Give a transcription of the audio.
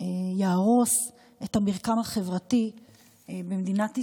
יהרוס את המרקם החברתי במדינת ישראל,